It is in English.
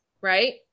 right